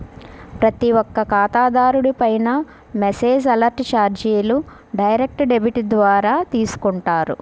ప్రతి ఒక్క ఖాతాదారుడిపైనా మెసేజ్ అలర్ట్ చార్జీలు డైరెక్ట్ డెబిట్ ద్వారా తీసుకుంటారు